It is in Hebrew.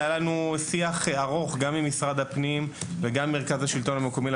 היה לנו שיח ארוך גם עם משרד הפנים וגם עם מרכז השלטון המקומי.